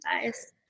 guys